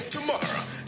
tomorrow